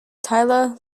tyler